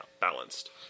balanced